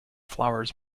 flowers